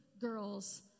girls